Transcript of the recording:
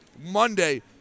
Monday